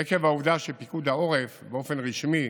עקב העובדה שפיקוד העורף קבע באופן רשמי